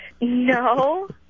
No